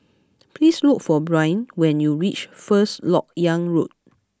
please look for Brynn when you reach First Lok Yang Road